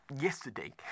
yesterday